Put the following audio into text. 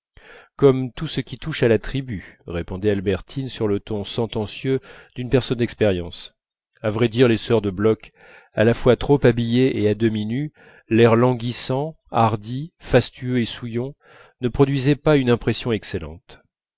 comme tout ce qui touche à la tribu répondait albertine sur le ton sentencieux d'une personne d'expérience à vrai dire les sœurs de bloch à la fois trop habillées et à demi nues l'air languissant hardi fastueux et souillon ne produisaient pas une impression excellente